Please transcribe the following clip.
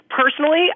personally